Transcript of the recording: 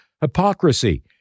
Hypocrisy